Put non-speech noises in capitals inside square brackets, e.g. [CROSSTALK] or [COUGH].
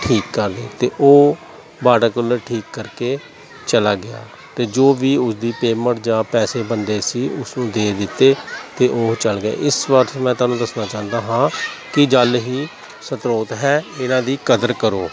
ਠੀਕ ਕਰਦੇ ਅਤੇ ਉਹ ਵਾਟਰਕੂਲਰ ਠੀਕ ਕਰਕੇ ਚਲਾ ਗਿਆ ਅਤੇ ਜੋ ਵੀ ਉਸਦੀ ਪੇਮੈਂਟ ਜਾਂ ਪੈਸੇ ਬਣਦੇ ਸੀ ਉਸਨੂੰ ਦੇ ਦਿੱਤੇ ਅਤੇ ਉਹ ਚਲ ਗਏ ਇਸ [UNINTELLIGIBLE] ਮੈਂ ਤੁਹਾਨੂੰ ਦੱਸਣਾ ਚਾਹੁੰਦਾ ਹਾਂ ਕਿ ਜਲ ਹੀ ਸਰੋਤ ਹੈ ਇਹਨਾਂ ਦੀ ਕਦਰ ਕਰੋ